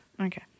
Okay